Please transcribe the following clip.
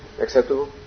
acceptable